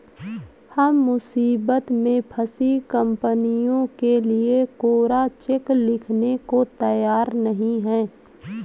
हम मुसीबत में फंसी कंपनियों के लिए कोरा चेक लिखने को तैयार नहीं हैं